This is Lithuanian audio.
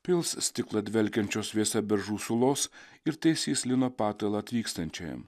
pils stiklą dvelkiančios vėsa beržų sulos ir taisys lino patalą atvykstančiajam